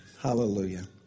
Hallelujah